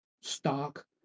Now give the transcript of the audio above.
stock